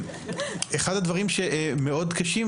יכול להיות שהרפורמה הצליחה וזה מתקדם,